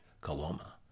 Coloma